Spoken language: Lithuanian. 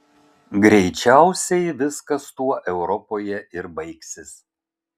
greičiausiai viskas tuo europoje ir baigsis